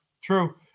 True